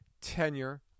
tenure